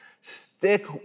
Stick